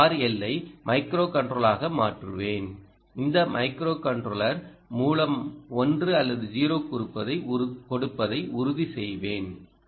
இந்த RLஐ மைக்ரோகண்ட்ரோலராக மாற்றுவேன் இந்த மைக்ரோகண்ட்ரோலர் மூலம் 1 அல்லது 0 கொடுப்பதை உறுதி செய்வேன்